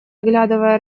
оглядывая